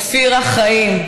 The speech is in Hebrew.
אופירה חיים,